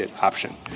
option